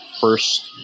first